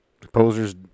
composers